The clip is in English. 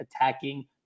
attacking